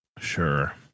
Sure